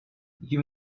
you